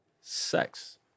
sex